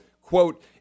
Quote